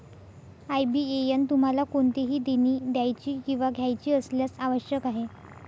IBAN तुम्हाला कोणतेही देणी द्यायची किंवा घ्यायची असल्यास आवश्यक आहे